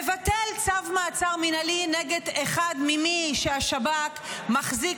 מבטל צו מעצר מינהלי נגד אחד ממי שהשב"כ מחזיק